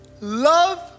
love